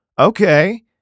okay